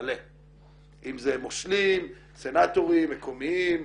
מלא, אם זה מושלים, סנאטורים, מקומיים,